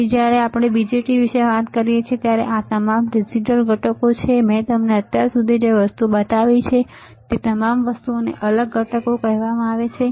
તેથી જ્યારે આપણે BJTs વિશે વાત કરીએ છીએ ત્યારે આ તમામ ડિજિટલ ઘટકો છે મેં તમને અત્યાર સુધી જે વસ્તુઓ બતાવી છે તે તમામ વસ્તુઓને અલગ ઘટકો કહેવામાં આવે છે બરાબર